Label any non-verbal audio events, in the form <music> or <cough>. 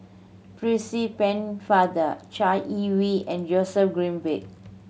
<unintelligible> Pennefather Chai Yee Wei and Joseph Grimberg